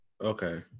Okay